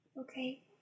Okay